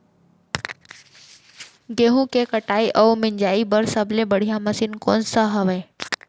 गेहूँ के कटाई अऊ मिंजाई बर सबले बढ़िया मशीन कोन सा हवये?